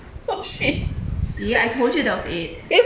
see I told you there was eight